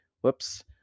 whoops